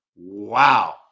Wow